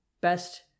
best